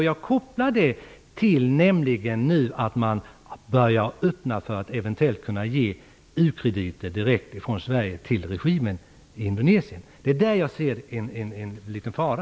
Jag kopplar den till att man börjar öppna för att eventuellt kunna ge u-krediter direkt från Sverige till regimen i Indonesien. Det är där jag ser en liten fara.